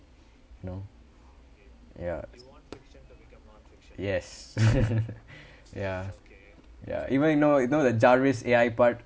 no ya yes ya ya even you know you know the jarvis A_I part